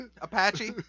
Apache